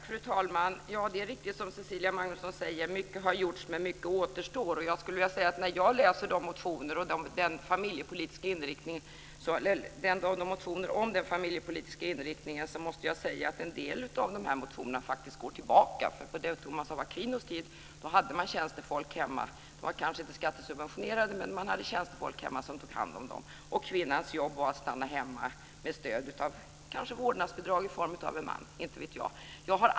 Fru talman! Det är riktigt som Cecilia Magnusson säger. Mycket har gjorts, men mycket återstår att göra. Jag har läst motionerna om den familjepolitiska inriktningen, och jag måste säga att en del av dessa motioner faktiskt går tillbaka. På Thomas av Aquinos tid hade man tjänstefolk hemma. De var kanske inte skattesubventionerade, men man hade tjänstefolk hemma som tog hand om arbetet. Kvinnans jobb var att stanna hemma kanske med stöd av vårdnadsbidrag i form av en man.